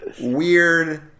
weird